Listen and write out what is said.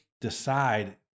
decide